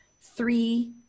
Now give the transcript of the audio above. Three